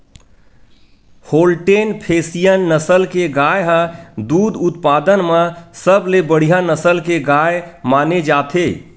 Holstein Friesian नसल के गाय ह दूद उत्पादन म सबले बड़िहा नसल के गाय माने जाथे